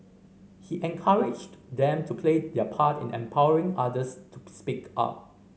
he encouraged them to play their part in empowering others to speak up